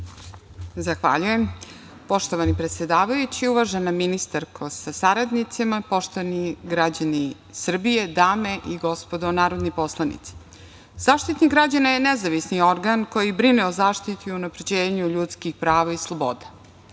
Zahvaljujem. Poštovani predsedavajući, uvažena ministarko sa saradnicima, poštovani građani Srbije, dame i gospodo narodni poslanici, Zaštitnik građana je nezavisni organ koji brine o zaštiti i unapređenju ljudskih prava i sloboda,